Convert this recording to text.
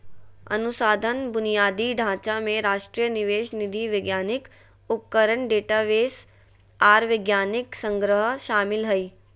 अनुसंधान बुनियादी ढांचा में राष्ट्रीय निवेश निधि वैज्ञानिक उपकरण डेटाबेस आर वैज्ञानिक संग्रह शामिल हइ